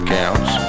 counts